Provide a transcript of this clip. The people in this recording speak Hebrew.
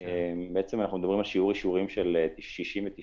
אנחנו מדברים על שיעור אישורים של 69%-70%